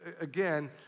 again